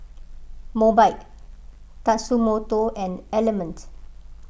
Mobike Tatsumoto and Element